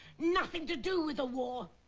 nothing to do with the war!